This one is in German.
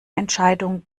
entscheidung